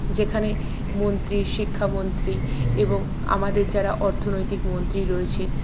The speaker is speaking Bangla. যেখানে মন্ত্রী শিক্ষামন্ত্রী এবং আমাদের যারা অর্থনৈতিক মন্ত্রী রয়েছে